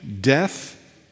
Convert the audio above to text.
death